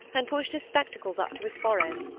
and pushed his spectacles up to his forehead.